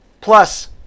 Plus